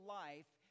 life